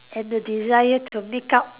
and the desire to make up